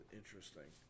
interesting